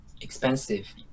expensive